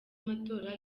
amatora